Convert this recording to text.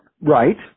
Right